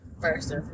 First